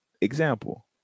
Example